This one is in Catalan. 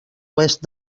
oest